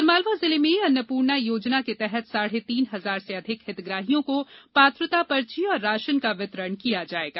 आगरमालवा जिले में अन्नपूर्णा योजना के तहत साढ़े तीन हजार से अधिक हितग्राहियों को पात्रता पर्ची और राशन का वितरण किया जायेगा